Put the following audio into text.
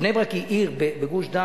בני-ברק היא עיר בגוש-דן,